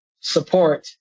support